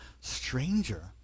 stranger